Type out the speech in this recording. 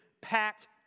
packed